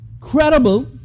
credible